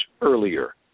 earlier